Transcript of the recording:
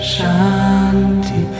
Shanti